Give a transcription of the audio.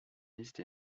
este